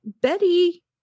Betty